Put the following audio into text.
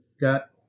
got